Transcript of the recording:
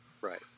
right